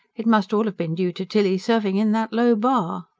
it must all have been due to tilly serving in that low bar.